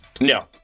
No